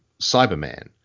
Cyberman